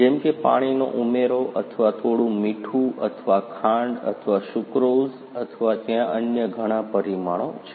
જેમ કે પાણીનો ઉમેરો અથવા થોડું મીઠું અથવા ખાંડ અથવા સુક્રોઝ અથવા ત્યાં અન્ય ઘણા પરિમાણો છે